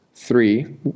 three